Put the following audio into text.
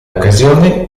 occasione